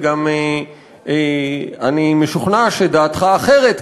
וגם אני משוכנע שדעתך אחרת,